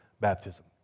baptism